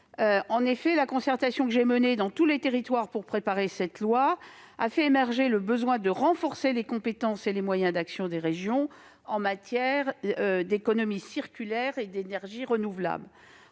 régions. La concertation que j'ai menée dans tous les territoires pour préparer le présent projet de loi a fait émerger le besoin de renforcer les compétences et les moyens d'action des régions en matière d'économie circulaire et d'énergies renouvelables.